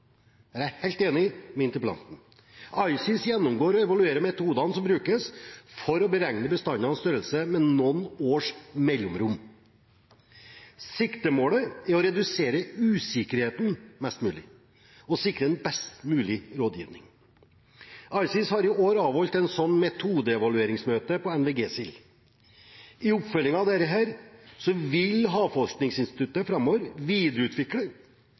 Der er jeg helt enig med interpellanten. ICES gjennomgår og evaluerer metodene som brukes for å beregne bestander og størrelse, med noen års mellomrom. Siktemålet er å redusere usikkerheten mest mulig og sikre en best mulig rådgivning. ICES har i år avholdt et slikt metodeevalueringsmøte om NVG-sild. I oppfølgingen av dette vil Havforskningsinstituttet framover videreutvikle